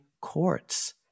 Courts